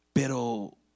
Pero